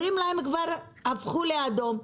אומרים להם: כבר הפכו לאדום,